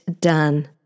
Done